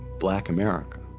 black america.